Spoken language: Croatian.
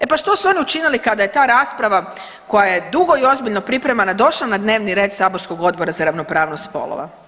E pa što su oni učinili kada je ta rasprava koja je dugo i ozbiljno pripremana došla na dnevni red saborskog Odbora za ravnopravnost spolova?